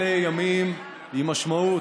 אלה ימים עם משמעות,